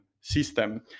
system